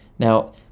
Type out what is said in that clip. Now